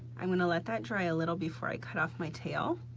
i'm gonna let that dry a little before i cut off my tail.